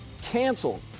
Canceled